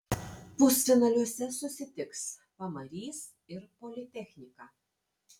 pusfinaliuose susitiks pamarys ir politechnika